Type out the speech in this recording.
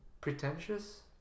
Pretentious